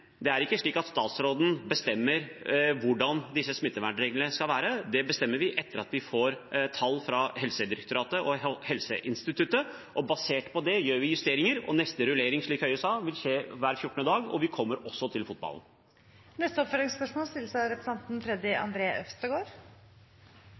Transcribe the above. det er ikke slik at statsråden bestemmer hvordan disse smittevernreglene skal være. Det bestemmer vi etter at vi får tall fra Helsedirektoratet og Folkehelseinstituttet, og basert på det gjør vi justeringer. Rulleringene – slik Høie sa – vil skje hver 14. dag, og vi kommer også til fotballen. Freddy André Øvstegård – til oppfølgingsspørsmål.